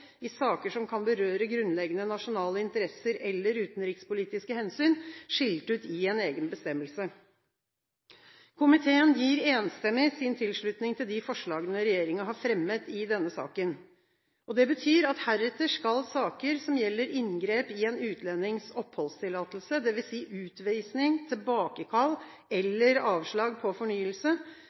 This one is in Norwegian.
i saker som kan berøre grunnleggende nasjonale interesser eller utenrikspolitiske hensyn, skilt ut i en egen bestemmelse. Komiteen gir enstemmig sin tilslutning til de forslagene regjeringen har fremmet i denne saken. Det betyr at heretter skal saker som gjelder inngrep i en utlendings oppholdstillatelse, dvs. utvisning, tilbakekall eller avslag på fornyelse,